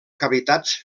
cavitats